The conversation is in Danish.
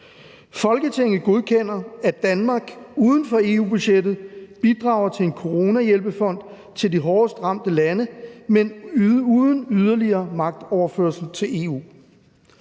Folketinget godkender, at Danmark uden for EU-budgettet bidrager til en coronahjælpefond til de hårdest ramte lande, men uden yderligere magtoverførsel til EU.«